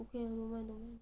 okay don't mind don't mind